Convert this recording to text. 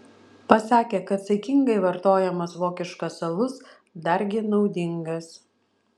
pasakė kad saikingai vartojamas vokiškas alus dargi naudingas